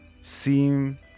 seem